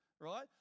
right